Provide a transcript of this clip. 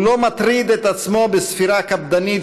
הוא לא מטריד את עצמו בספירה קפדנית